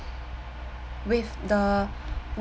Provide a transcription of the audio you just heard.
with the